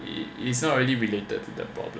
it is not really related to the problem